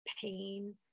pain